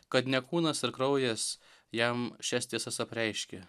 kad ne kūnas ir kraujas jam šias tiesas apreiškė